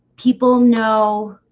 people know